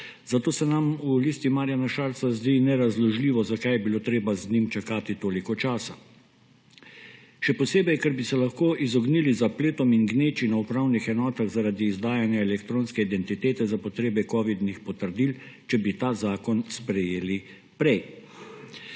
zato se nam v Listi Marjana Šarca zdi nerazložljivo, zakaj je bilo treba z njim čakati toliko časa. Še posebej, ker bi se lahko izognili zapletom in gneči na upravnih enotah zaradi izdajanja elektronske identitete za potrebe kovidnih potrdil, če bi ta zakon sprejeli prej.